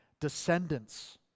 descendants